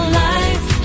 life